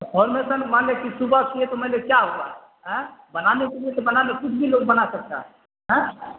پھورمیسن مان لیا کہ صبح کیے تو میں نے کیا ہوا آئیں بنانے کے لیے تو بنا لیں کچھ بھی لوگ بنا سکتا ہے آئیں